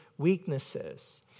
weaknesses